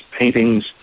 paintings